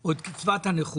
או את קצבת הנכות,